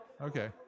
Okay